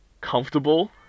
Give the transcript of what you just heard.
comfortable